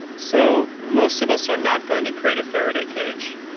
so most of us are not going to create a faraday cage.